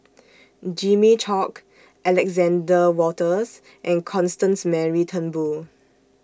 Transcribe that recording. Jimmy Chok Alexander Wolters and Constance Mary Turnbull